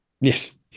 Yes